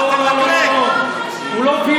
לא, לא, לא, לא, לא.